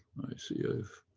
i see i've